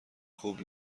خوب